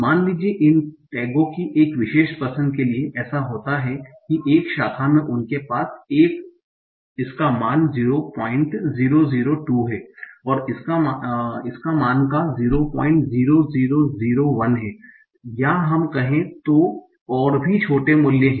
मान लीजिए इन टैगों की एक विशेष पसंद के लिए ऐसा होता है कि एक शाखा में उनके पास इसका मान 0002 है और इसका मान का 00001 है या हम कहें तो और भी छोटे मूल्य हैं